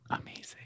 amazing